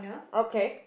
okay